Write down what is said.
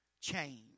change